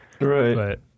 Right